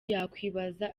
yakwibaza